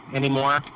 anymore